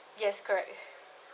yes correct